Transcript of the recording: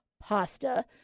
pasta